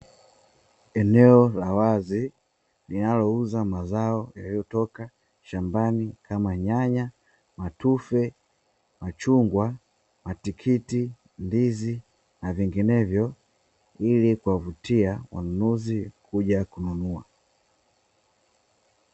Eneo la wazi linalouza mazao yaliyotoka shambani kama: nyanya, matufe, machungwa, matikiti, ndizi na nyinginezo; ili kuwavutia wanunuzi kuja kununua.